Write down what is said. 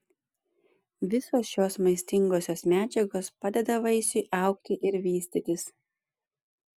visos šios maistingosios medžiagos padeda vaisiui augti ir vystytis